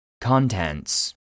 Contents